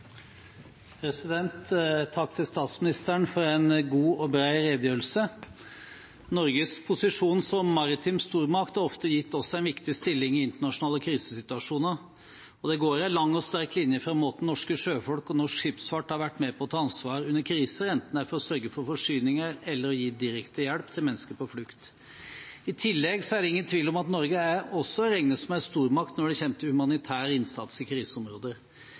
Takk til statsministeren for en god og bred redegjørelse. Norges posisjon som maritim stormakt har ofte gitt oss en viktig stilling i internasjonale krisesituasjoner. Det går en lang og sterk linje når det gjelder måten norske sjøfolk og norsk skipsfart har vært med på å ta ansvar på under kriser, enten det er for å sørge for forsyninger eller det er å gi direkte hjelp til mennesker på flukt. I tillegg er det ingen tvil om at Norge også regnes som en stormakt når det kommer til humanitær innsats i kriseområder.